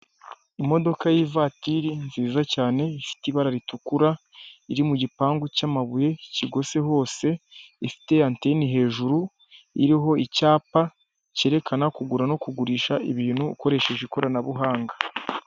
Imodoka y'ivatiri nziza cyane ifite ibara ritukura, iri mu gipangu cy'amabuye kikigose hose, ifite anteni hejuru, iriho icyapa cyerekana kugura no kugurisha ibintu ukoresheje ikoranabuhanga.